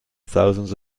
thousands